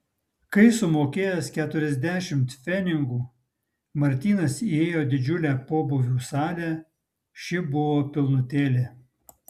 kai sumokėjęs keturiasdešimt pfenigų martynas įėjo į didžiulę pobūvių salę ši buvo pilnutėlė